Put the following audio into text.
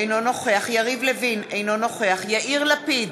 אינו נוכח יריב לוין, אינו נוכח יאיר לפיד,